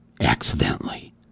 accidentally